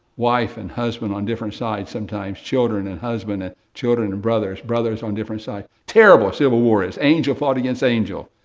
wife and husband on different sides sometimes, children and husband and ah children and brothers, brothers on different sides, terrible civil war, as angel fought against angel.